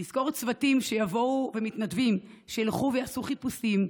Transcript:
לשכור צוותים שיבואו ומתנדבים שילכו ויעשו חיפושים,